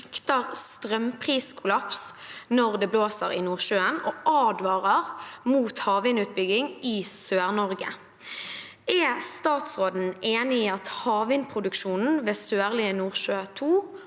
frykter strømpriskollaps når det blåser i Nordsjøen, og advarer mot havvindutbyggingen i Sør-Norge. Er statsråden enig i at havvindproduksjonen ved Sørlige Nordsjø